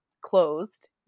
closed